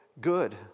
good